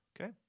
Okay